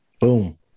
Boom